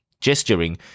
Gesturing